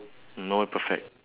no one perfect